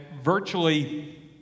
virtually